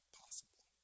possible